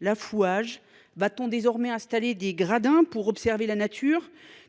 l’affouage… Va t on désormais installer des gradins pour observer la nature ?